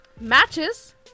Matches